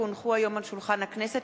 כי הונחו היום על שולחן הכנסת,